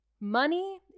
Money